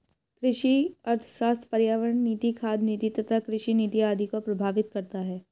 कृषि अर्थशास्त्र पर्यावरण नीति, खाद्य नीति तथा कृषि नीति आदि को प्रभावित करता है